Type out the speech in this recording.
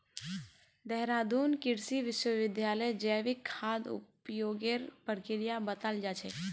देहरादून कृषि विश्वविद्यालयत जैविक खाद उपयोगेर प्रक्रिया बताल जा छेक